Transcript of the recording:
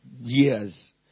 years